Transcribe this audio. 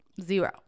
zero